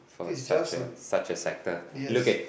for such a such a sector look at